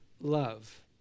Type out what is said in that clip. love